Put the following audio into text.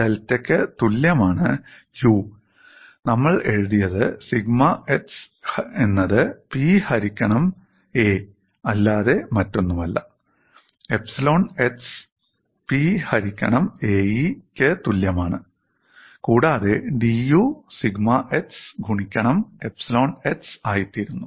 ഡെൽറ്റക്ക് തുല്യമാണ് 'U' നമ്മൾ എഴുതിയത് സിഗ്മ X എന്നത് പി ഹരിക്കണം എ അല്ലാതെ മറ്റൊന്നുമല്ല എപ്സിലോൺ x 'P ഹരിക്കണം AE' യ്ക്ക് തുല്യമാണ് കൂടാതെ dU സിഗ്മ x ഗുണിക്കണം എപ്സിലോൺ x ആയിത്തീരുന്നു